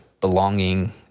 belonging